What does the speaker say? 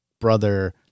brother